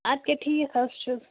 اَدٕ کیٛاہ ٹھیٖک حظ چھُ